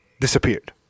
disappeared